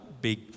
big